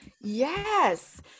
Yes